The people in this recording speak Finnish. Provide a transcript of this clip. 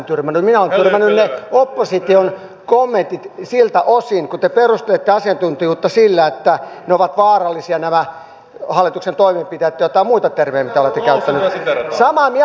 minä olen tyrmännyt opposition kommentit siltä osin kuin te perustelette asiantuntijuutta sillä että nämä hallituksen toimenpiteet ovat vaarallisia tai joillain muilla termeillä joita olette käyttäneet